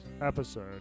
episode